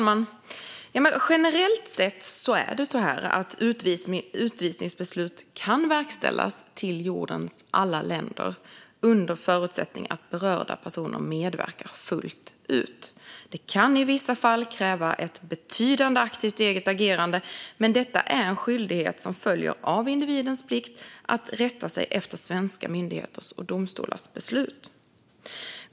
Fru talman! Generellt sett kan utvisningsbeslut verkställas till jordens alla länder under förutsättning att berörda personer medverkar fullt ut. Det kan i vissa fall kräva ett betydande aktivt eget agerande, men detta är en skyldighet som följer av individens plikt att rätta sig efter svenska myndigheters och domstolars beslut.